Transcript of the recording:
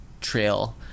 trail